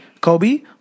Kobe